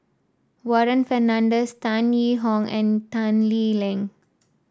Warren Fernandez Tan Yee Hong and Tan Lee Leng